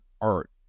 art